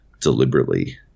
deliberately